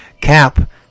Cap